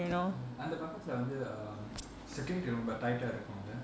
uh அந்தபக்கத்துலவந்து:antha pakkathula vandhu security ரொம்படைட்டாஇருப்பாங்க:romba tightah iruppanka